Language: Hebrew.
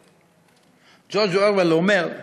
ג'ורג' אורוול אומר: